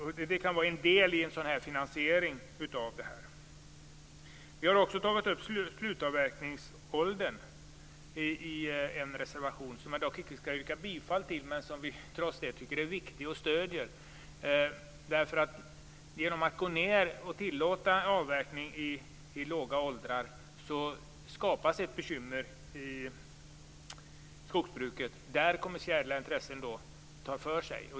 Detta kan vara en del i en sådan finansiering. Vi har också tagit upp frågan om slutavverkningsåldern i en reservation som jag dock inte skall yrka bifall till, men som vi trots det tycker är viktig och som vi stöder. Genom att tillåta avverkning i låga åldrar skapas ett bekymmer i skogsbruket, där kommersiella intressen tar för sig.